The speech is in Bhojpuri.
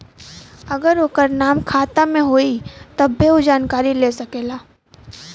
अगर ओकर नाम खाता मे होई तब्बे ऊ जानकारी ले सकेला